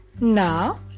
Now